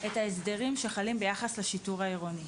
את ההסדרים שחלים ביחס לשיטור העירוני,